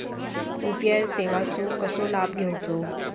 UPI सेवाचो कसो लाभ घेवचो?